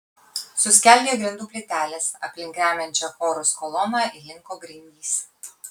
suskeldėjo grindų plytelės aplink remiančią chorus koloną įlinko grindys